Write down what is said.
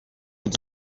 want